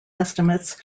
estimates